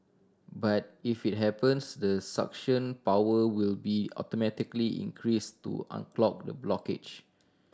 but if it happens the suction power will be automatically increased to unclog the blockage